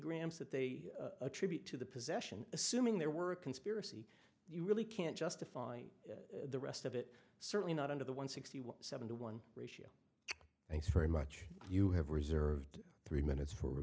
grams that they attribute to the possession assuming there were a conspiracy you really can't justify the rest of it certainly not under the one sixty seven to one ratio thanks very much you have reserved three minutes for